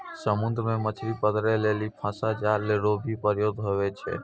समुद्र मे मछली पकड़ै लेली फसा जाल रो भी प्रयोग हुवै छै